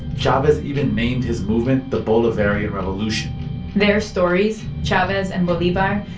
chavez even named his movement the bolivarian revolution their stories, chavez and bolivar,